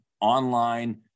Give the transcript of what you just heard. online